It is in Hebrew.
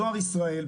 דואר ישראל,